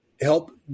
help